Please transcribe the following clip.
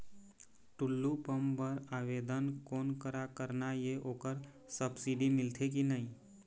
Tullu pump बर आवेदन कोन करा करना ये ओकर सब्सिडी मिलथे की नई?